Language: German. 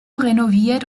renoviert